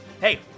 Hey